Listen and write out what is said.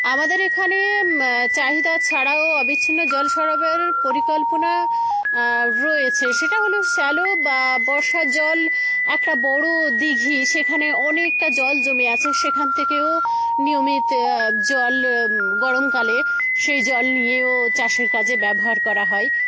আমাদের এখানে চাহিদা ছাড়াও অবিচ্ছিন্ন জল সরবরাহের পরিকল্পনা রয়েছে সেটা হল শ্যালো বা বর্ষার জল একটা বড় দীঘি সেখানে অনেকটা জল জমে আছে সেখান থেকেও নিয়মিত জল গরমকালে সেই জল নিয়েও চাষের কাজে ব্যবহার করা হয়